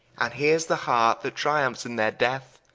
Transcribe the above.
and here's the heart, that triumphs in their death,